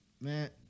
Man